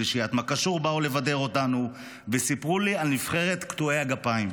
שלישיית מה קשור באה לבדר אותנו וסיפרו לי על נבחרת קטועי הגפיים.